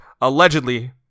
allegedly